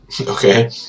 Okay